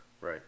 Right